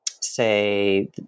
say